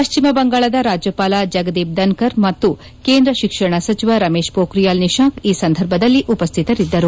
ಪಶ್ಚಿಮ ಬಂಗಾಳದ ರಾಜ್ಯಪಾಲ ಜಗದೀಪ್ ಧನ್ಗರ್ ಮತ್ತು ಕೇಂದ್ರ ಶಿಕ್ಷಣ ಸಚಿವ ರಮೇಶ್ ಪೋಖ್ರಿಯಾಲ್ ನಿಶಾಂಕ್ ಈ ಸಂದರ್ಭದಲ್ಲಿ ಉಪಸ್ಥಿತರಿದ್ದರು